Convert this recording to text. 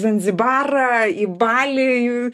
zanzibarą į balį